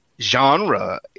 genre